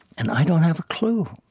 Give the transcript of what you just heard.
and i don't have a clue.